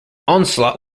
onslaught